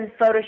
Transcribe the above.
Photoshop